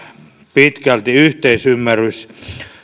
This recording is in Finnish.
pitkälti yhteisymmärrys